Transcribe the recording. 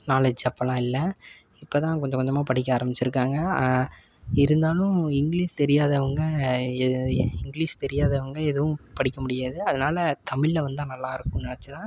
knowledge அப்பெல்லாம் இல்லை இப்போ தான் கொஞ்சம் கொஞ்சமாக படிக்க ஆரமிச்சுருக்காங்க இருந்தாலும் இங்கிலீஷ் தெரியாதவங்க இங்கிலீஷ் தெரியாதவங்க எதுவும் படிக்க முடியாது அதனால தமிழ்ல வந்தால் நல்லா இருக்கும் நினச்சி தான்